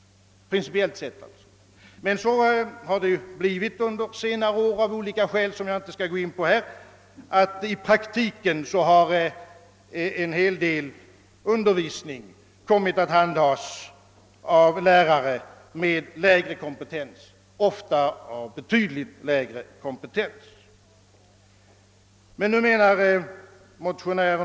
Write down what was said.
Men under senare år har det blivit så — av olika skäl, som jag inte skall gå in på här — att i praktiken en hel del undervisning har kommit att handhas av lärare med lägre kompetens, ofta med betydligt lägre kompetens än tidigare.